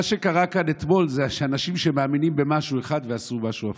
מה שקרה כאן אתמול זה שאנשים שמאמינים במשהו אחד עשו משהו הפוך.